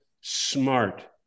smart